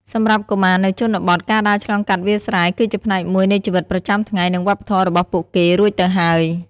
សម្រាប់កុមារនៅជនបទ ការដើរឆ្លងកាត់វាលស្រែគឺជាផ្នែកមួយនៃជីវិតប្រចាំថ្ងៃ និងវប្បធម៌របស់ពួកគេរួចទៅហើយ។